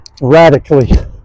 radically